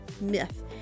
myth